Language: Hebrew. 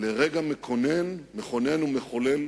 לרגע מכונן ומחולל,